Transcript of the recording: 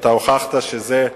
אתה הוכחת שזה,